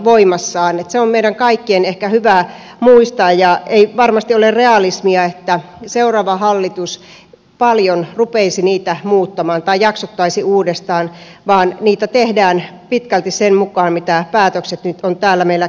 se on meidän kaikkien ehkä hyvä muistaa eikä varmasti ole realismia että seuraava hallitus paljon rupeaisi sopeutustoimia muuttamaan tai jaksottaisi niitä uudestaan vaan niitä tehdään pitkälti sen mukaan mitä päätökset nyt täällä meillä käsittelyssä ovat